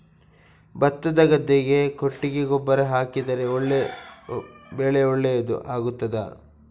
ಭತ್ತದ ಗದ್ದೆಗೆ ಕೊಟ್ಟಿಗೆ ಗೊಬ್ಬರ ಹಾಕಿದರೆ ಬೆಳೆ ಒಳ್ಳೆಯದು ಆಗುತ್ತದಾ?